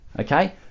okay